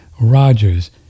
Rogers